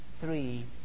three